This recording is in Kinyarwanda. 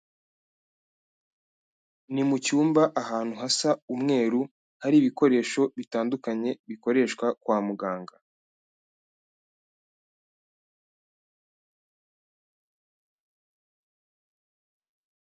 Ni mucyumba ahantu hasa umweru hari ibikoresho bitandukanye bikoreshwa kwa muganga.